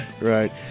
right